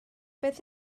beth